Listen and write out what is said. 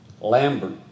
Lambert